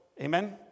Amen